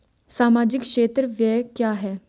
सामाजिक क्षेत्र व्यय क्या है?